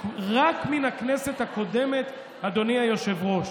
רק מן הכנסת הקודמת, אדוני היושב-ראש,